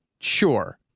sure